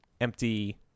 empty